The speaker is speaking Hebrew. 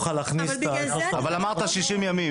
אבל אמרת 60 ימים.